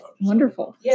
Wonderful